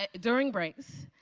ah during breaks.